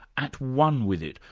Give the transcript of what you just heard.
at one with it,